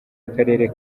akarere